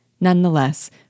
Nonetheless